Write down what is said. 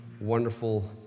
wonderful